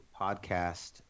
podcast –